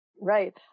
Right